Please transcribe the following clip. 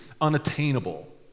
unattainable